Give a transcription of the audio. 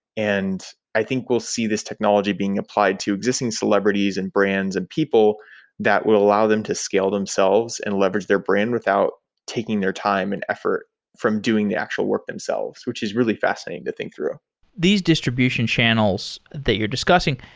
i think we'll see this technology being applied to existing celebrities and brands and people that will allow them to scale themselves and leverage their brand without taking their time and effort from doing the actual work themselves, which is really fascinating to think through these distribution channels that you're discussing,